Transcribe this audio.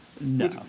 No